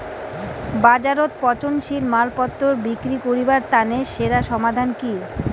বাজারত পচনশীল মালপত্তর বিক্রি করিবার তানে সেরা সমাধান কি?